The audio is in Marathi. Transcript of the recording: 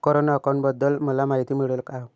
करंट अकाउंटबद्दल मला माहिती मिळेल का?